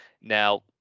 Now